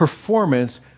performance